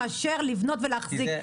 מאשר לבנות ולהחזיק מבנים.